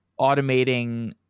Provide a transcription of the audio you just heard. automating